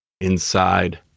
inside